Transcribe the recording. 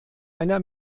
einer